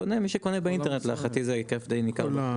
קונה מי שקונה באינטרנט; לדעתי הם היקף די ניכר.